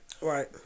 right